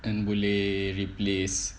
and boleh replace